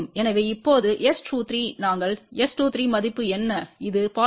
எனவே இப்போது S23நாங்கள் S23 மதிப்பு என்னஇது 0